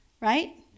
right